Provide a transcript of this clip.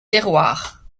terroir